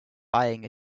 buying